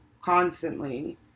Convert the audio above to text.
constantly